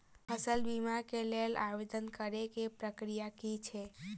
फसल बीमा केँ लेल आवेदन करै केँ प्रक्रिया की छै?